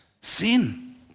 sin